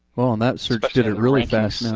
well and that search but did it really fast and